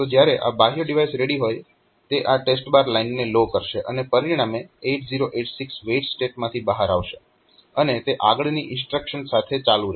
તો જ્યારે આ બાહ્ય ડિવાઇસ રેડી હોય તે આ TEST લાઇનને લો કરશે અને પરિણામે 8086 વેઈટ સ્ટેટમાંથી બહાર આવશે અને તે આગળની ઇન્સ્ટ્રક્શન સાથે ચાલુ રહેશે